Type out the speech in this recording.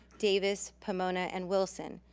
davis, pomona and wilson.